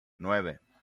nueve